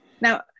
Now